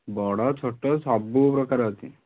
ବଡ଼ ଛୋଟ ସବୁ ପ୍ରକାର ଅଛି